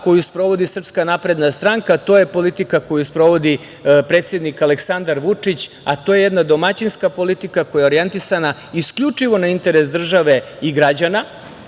koju sprovodi SNS, to je politika koju sprovodi predsednik Aleksandar Vučić, a to je jedna domaćinska politika koja je orijentisana isključivo na interes države i građana.